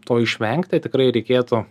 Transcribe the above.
to išvengti tikrai reikėtų